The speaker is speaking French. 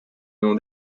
nom